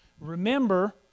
Remember